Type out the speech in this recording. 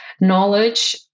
knowledge